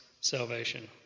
salvation